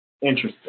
interesting